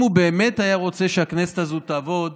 אם הוא באמת היה רוצה שהכנסת הזו תעבוד,